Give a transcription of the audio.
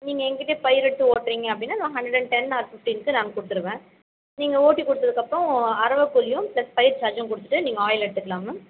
நீங்கள் என் கிட்டேயே பயிர் எடுத்து ஓட்டுறீங்க அப்படின்னா ஹண்ட்ரட் அண்ட் டென் ஆர் ஃபிஃப்ட்டினுக்கு நான் கொடுத்துருவேன் நீங்கள் ஓட்டி கொடுத்ததுக்கப்பறம் அரவை கூலியும் ப்ளஸ் பயிர் சார்ஜ்ஜும் கொடுத்துட்டு நீங்கள் ஆயில் எடுத்துக்கலாம் மேம்